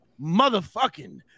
Motherfucking